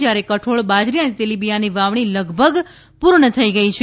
જયારે કઠોળ બાજરી અને તેલીબિયાંની વાવણી લગભગ પૂર્ણ થઇ ગઇ છે